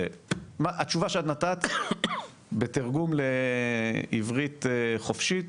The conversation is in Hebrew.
התשובה שאת נתת בתרגום לעברית חופשית